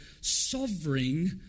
sovereign